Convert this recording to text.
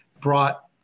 brought